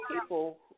people